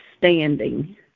standing